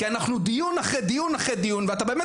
כי אנחנו דיון אחרי דיון אחרי דיון כבר ואתה באמת